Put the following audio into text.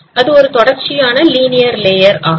அது ஒரு தொடர்ச்சியான லீனியர் லேயர் ஆகும்